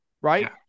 Right